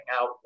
out